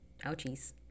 ouchies